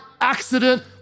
accident